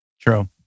True